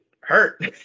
hurt